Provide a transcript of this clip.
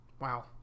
Wow